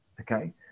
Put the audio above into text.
Okay